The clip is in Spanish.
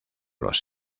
los